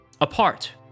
apart